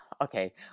Okay